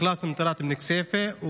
אחלאס אלמיטראט מכסייפה.